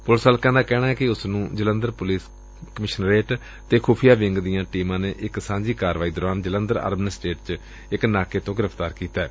police ਹਲਕਿਆ ਦਾ ਕਹਿਣੈ ਕਿ ਉਸ ਨੂੰ ਜਲੰਧਰ ਪੁਲਿਸ ਕਮਿਸ਼ਨਰੇਟ ਅਤੇ ਖੁਫ਼ੀਆ ਵਿੰਗ ਦੀਆਂ ਟੀਮਾਂ ਨੇ ਇਕ ਸਾਂਝੀ ਕਾਰਵਾਈ ਦੌਰਾਨ ਜਲੰਧਰ ਔਰਬਨ ਅਸਟੇਟ ਚ ਇਕ ਨਾਕੇ ਤੋਂ ਗ੍ਰਿਫ਼ਤਾਰ ਕੀਤੈ